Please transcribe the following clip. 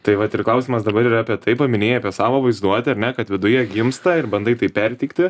tai vat ir klausimas dabar yra apie tai paminėjai apie savo vaizduotę kad viduje gimsta ir bandai tai perteikti